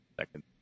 second